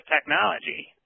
technology